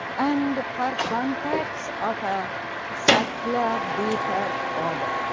and for contacts of a subtler, deeper order.